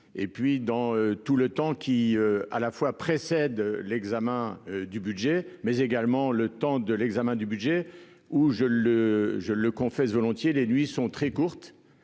et puis dans tout le temps qui à la fois précède l'examen du budget, mais également le temps de l'examen du budget ou je le je le confesse volontiers, les nuits sont très courtes.